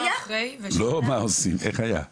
לא מה עושים אלא איך היה?